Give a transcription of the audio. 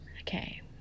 okay